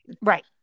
Right